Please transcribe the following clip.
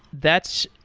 that's,